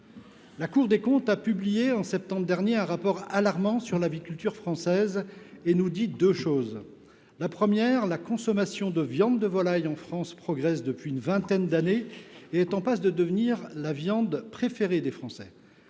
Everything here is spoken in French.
La Cour des comptes a publié en septembre dernier un rapport alarmant sur l’aviculture française. Elle nous dit deux choses. D’une part, la consommation de la viande de volaille progresse dans notre pays depuis une vingtaine d’années ; celle ci est en passe de devenir la viande préférée des Français.